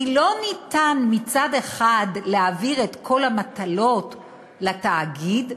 אי-אפשר מצד אחד להעביר את כל המטלות לתאגיד,